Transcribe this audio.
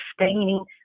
sustaining